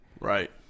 right